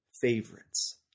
favorites